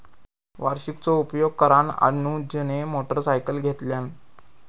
वार्षिकीचो उपयोग करान अनुजने मोटरसायकल घेतल्यान